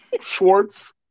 Schwartz